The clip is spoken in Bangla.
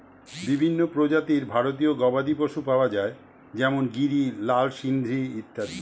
বিভিন্ন প্রজাতির ভারতীয় গবাদি পশু পাওয়া যায় যেমন গিরি, লাল সিন্ধি ইত্যাদি